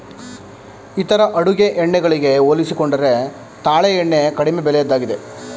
ಇತರ ಅಡುಗೆ ಎಣ್ಣೆ ಗಳಿಗೆ ಹೋಲಿಸಿಕೊಂಡರೆ ತಾಳೆ ಎಣ್ಣೆ ಕಡಿಮೆ ಬೆಲೆಯದ್ದಾಗಿದೆ